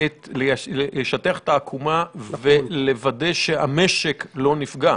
לשטח את העקומה ולוודא שהמשק לא נפגע.